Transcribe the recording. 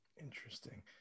Interesting